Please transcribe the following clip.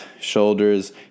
shoulders